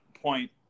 point